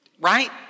right